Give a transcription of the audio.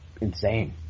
insane